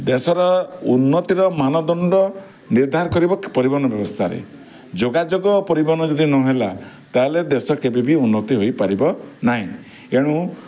ଦେଶର ଉନ୍ନତିର ମାନଦଣ୍ଡ ନିର୍ଦ୍ଧାର କରିବ ପରିବହନ ବ୍ୟବସ୍ଥାରେ ଯୋଗାଯୋଗ ଓ ପରିବହନ ଯଦି ନହେଲା ତା'ହେଲେ ଦେଶ କେବେବି ଉନ୍ନତି ହୋଇପାରିବ ନାହିଁ ଏଣୁ